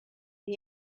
the